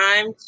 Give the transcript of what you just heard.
time